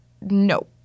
No